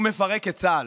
הוא מפרק את צה"ל.